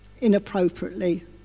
inappropriately